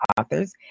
authors